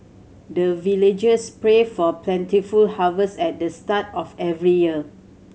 the villagers pray for plentiful harvest at the start of every year